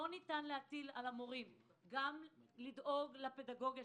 לא ניתן להטיל על המורים גם לדאוג לפדגוגיה,